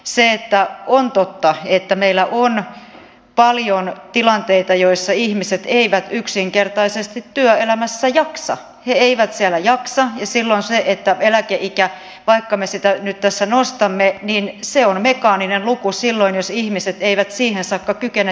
se että kun totta tulee meillä on paljon tilanteita joissa ihmiset eivät yksinkertaisesti työelämässä jaksa he eivät siellä jaksa ja silloin se eläkeikä vaikka me sitä nyt tässä nostamme on mekaaninen luku silloin jos ihmiset eivät siihen saakka kykene työssä olemaan